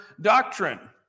doctrine